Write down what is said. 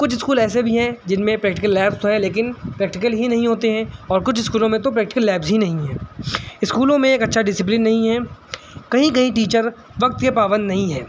کچھ اسکول ایسے بھی ہیں جن میں پریکٹیکل لیبس ہیں لیکن پریکٹیکل ہی نہیں ہوتے ہیں اور کچھ اسکولوں میں تو پریکٹیکل لیبس ہی نہیں ہے اسکولوں میں ایک اچھا ڈسپلن نہیں ہے کہیں کہیں ٹیچر وقت کے پابند نہیں ہیں